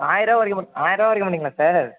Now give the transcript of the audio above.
ஆயரருவா குறைக்க ஆயரருவா குறைக்க மாட்டிங்களா சார்